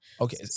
Okay